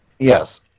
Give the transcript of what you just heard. Yes